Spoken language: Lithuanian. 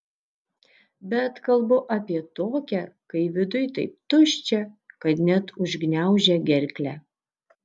bet kalbu apie tokią kai viduj taip tuščia kad net užgniaužia gerklę